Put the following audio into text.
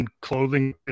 clothing